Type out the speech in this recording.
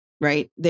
right